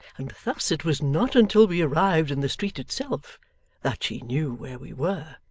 and thus it was not until we arrived in the street itself that she knew where we were.